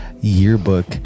yearbook